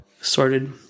sorted